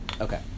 Okay